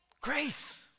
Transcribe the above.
Grace